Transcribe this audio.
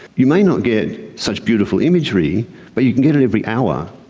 you may not get such beautiful imagery but you can get it every hour.